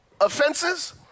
offenses